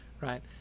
right